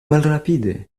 malrapide